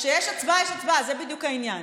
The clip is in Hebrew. כשיש הצבעה יש הצבעה, זה בדיוק העניין.